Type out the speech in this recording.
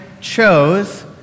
chose